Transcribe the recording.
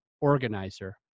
organizer